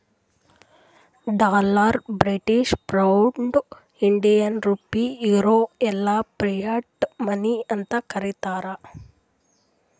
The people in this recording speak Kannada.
dollar, British pound, Indian rupee, euro ಎಲ್ಲಾ ಫಿಯಟ್ ಮನಿ ಅಂತ್ ಕರೀತಾರ